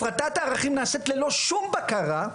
הפרטת הערכים נעשית ללא שום בקרה.